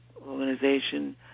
organization